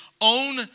own